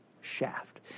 shaft